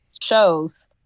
shows